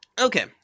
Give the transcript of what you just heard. Okay